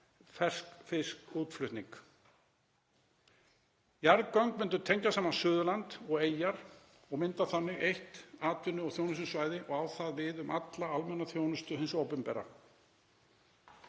ferskfiskútflutning. Jarðgöng myndu tengja saman Suðurland og Eyjar og mynda þannig eitt atvinnu- og þjónustusvæði og á það við um alla almenna þjónustu hins opinbera.